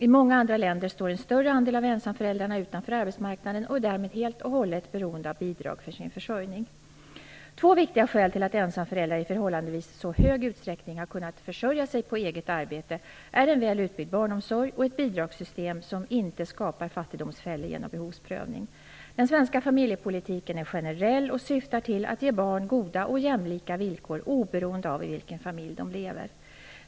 I många andra länder står en större andel av ensamföräldrarna utanför arbetsmarknaden och är därmed helt och hållet beroende av bidrag för sin försörjning. Två viktiga skäl till att ensamföräldrar i så förhållandevis stor utsträckning har kunnat försörja sig på eget arbete är en väl utbyggd barnomsorg och ett bidragssystem som inte skapar fattigdomsfällor genom behovsprövning. Den svenska familjepolitiken är generell och syftar till att ge barn goda och jämlika villkor oberoende av i vilken familj de lever.